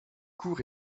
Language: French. court